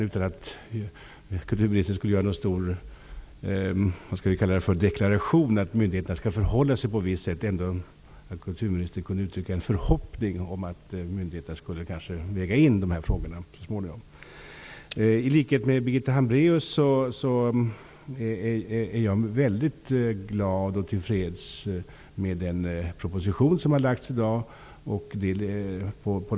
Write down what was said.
Utan att kulturministern för den skull skall göra någon stor deklaration om att myndigheterna skall förhålla sig på ett visst sätt, är det min vädjan att kulturministern kunde uttrycka en förhoppning om att myndigheterna så småningom skulle kunna väga in de här aspekterna. I likhet med Birgitta Hambraeus är jag mycket glad och till freds med den proposition som har lagts fram i dag.